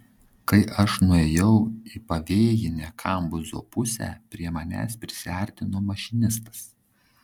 kai aš nuėjau į pavėjinę kambuzo pusę prie manęs prisiartino mašinistas